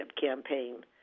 campaign